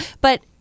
but-